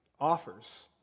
offers